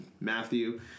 Matthew